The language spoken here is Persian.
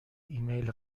ایمیل